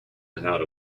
without